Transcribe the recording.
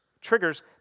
triggers